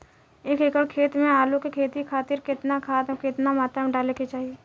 एक एकड़ खेत मे आलू के खेती खातिर केतना खाद केतना मात्रा मे डाले के चाही?